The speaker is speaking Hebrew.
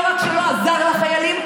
לא רק שלא עזר לחיילים,